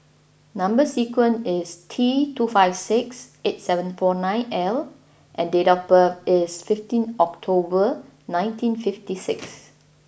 number sequence is T two five six eight seven four nine L and date of birth is fifteen October nineteen fifty six